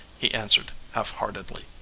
he answered half-heartedly.